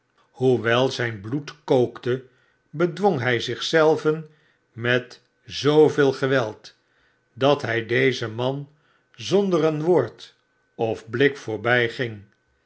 hoewel zijn bloed kookte bedwong hij zich zelven met zooveel geweld dat hij dezen man zonder een woord of blik